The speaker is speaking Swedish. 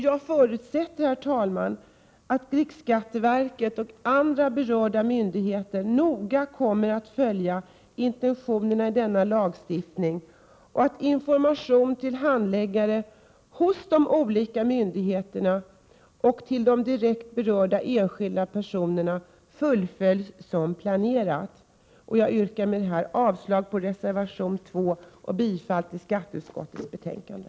Jag förutsätter, herr talman, att riksskatteverket och andra berörda myndigheter noga kommer att följa intentionerna i denna lagstiftning och att informationen till handläggarna hos de olika myndigheterna och till de direkt berörda enskilda personerna fullföljs som planerat. Jag yrkar med detta avslag på reservation nr 2 och bifall till hemställan i skatteutskottets betänkande.